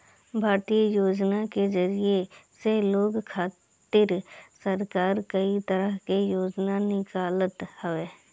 भारतीय योजना के जरिया से लोग खातिर सरकार कई तरह के योजना निकालत हवे